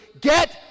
get